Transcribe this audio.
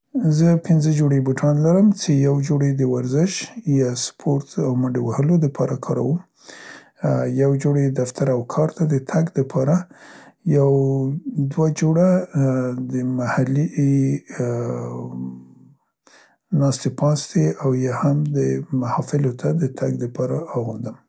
زه پینځه جوړې بوټان لرم، څې یو جوړ یې د ورزش یا سپورت او منډې وهلو دپاره کاروم، ا، یو جوړ یې دفتر او کار ته د تګ دپاره ، یو، دوه جوړه د محلي، ا م، ناستې پاستې او یا هم د محافلو ته د تګ دپاره اغوندم.